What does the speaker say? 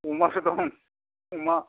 अमासो दं अमा